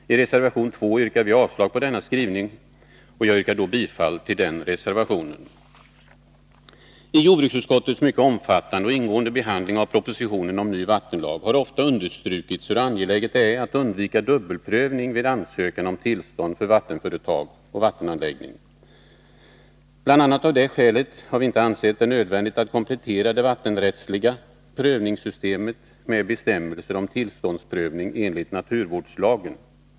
I reservation 2 yrkar vi avslag på denna skrivning, och jag yrkar bifall till denna reservation. I jordbruksutskottets mycket omfattande och ingående behandling av propositionen om ny vattenlag har ofta understrukits hur angeläget det är att undvika dubbelprövning vid ansökan om tillstånd för vattenföretag och vattenanläggning. Bl. a. av det skälet har vi inte ansett det nödvändigt att komplettera det vattenrättsliga prövningssystemet med bestämmelser om tillståndsprövning enligt naturvårdslagen.